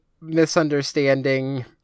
misunderstanding